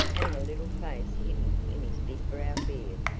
and the little face hidden in his big brown beard.